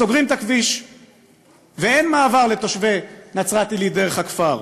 סוגרים את הכביש ואין מעבר לתושבי נצרת-עילית דרך הכפר.